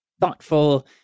thoughtful